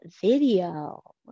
video